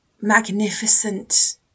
magnificent